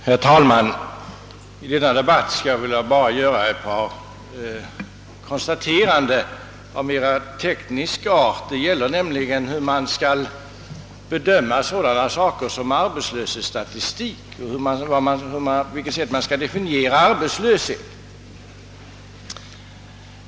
Herr talman! Jag skall i denna debatt bara göra ett par konstateranden av mera teknisk natur. Hur skall man bedöma arbetslöshetsstatistik, och på vilket sätt skall man definiera arbetslöshet?